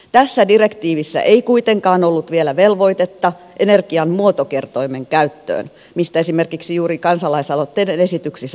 tässä direktiivissä ei kuitenkaan ollut vielä velvoitetta energiamuotokertoimen käyttöön mistä esimerkiksi juuri kansalaisaloitteen esityksessä puhutaan